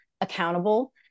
accountable